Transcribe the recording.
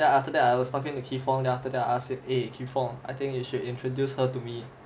then after that I was talking to kee fong then I asked him eh kee fong I think you should introduce her to me